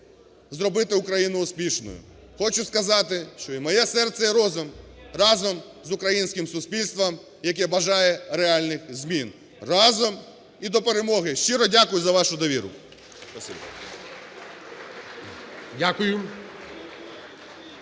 зробити Україну успішною. Хочу сказати, що і моє серце, і розум разом з українським суспільством, яке бажає реальних змін. Разом, і до перемоги! Щиро дякую за вашу довіру!